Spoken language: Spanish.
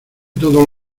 todo